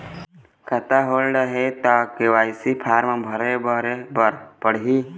खाता होल्ड हे ता के.वाई.सी फार्म भरे भरे बर पड़ही?